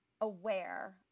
aware